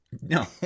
No